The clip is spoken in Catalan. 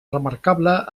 remarcable